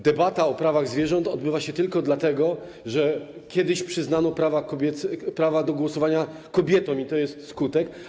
debata o prawach zwierząt odbywa się tylko dlatego, że kiedyś przyznano prawa do głosowania kobietom, i to jest skutek.